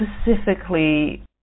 specifically